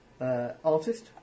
artist